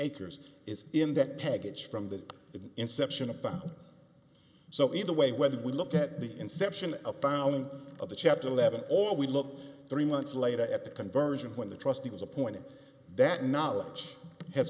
acres is in that package from the inception about so either way whether we look at the inception of a pound of the chapter eleven or we look three months later at the conversion when the trustee was appointed that knowledge has